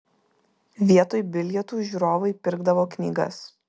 vietoj bilietų žiūrovai pirkdavo knygas